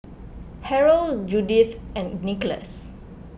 Harrell Judyth and Nicolas